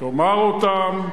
תאמר אותן,